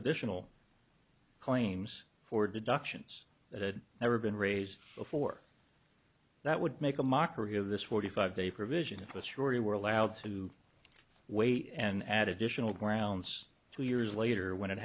additional claims for deductions that had never been raised before that would make a mockery of this forty five day provision with surety were allowed to wait and add additional grounds two years later when it